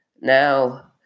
Now